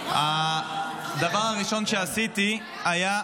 הדבר הראשון שעשיתי היה,